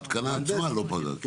לא, אישור מהנדס שההתקנה עצמה לא פוגעת.